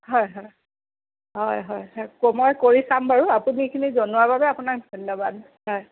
হয় হয় হয় হয় মই কৰি চাম বাৰু আপুনি এইখিনি জনোৱাৰ বাবে আপোনাক ধন্যবাদ হয়